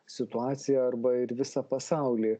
situaciją arba ir visą pasaulį